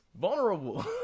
Vulnerable